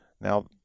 Now